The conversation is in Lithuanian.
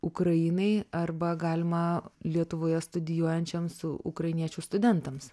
ukrainai arba galima lietuvoje studijuojančiems ukrainiečių studentams